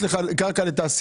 אם יש לך קרקע לתעשייה,